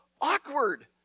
awkward